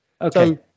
Okay